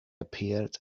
appeared